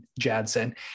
Jadson